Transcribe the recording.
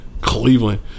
Cleveland